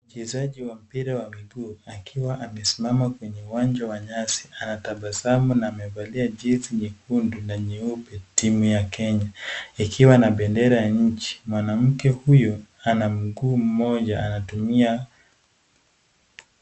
Mchezaji wa mpira wa miguu akiwa amesimama kwenye uwanja wa nyasi, anatabasamu na amevalia jezi nyekundu na nyeupe, timu ya Kenya ikiwa na bendera ya nchi, mwanamke huyu ana mguu mmoja anatumia.